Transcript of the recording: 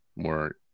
more